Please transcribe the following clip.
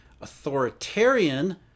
authoritarian